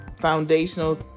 foundational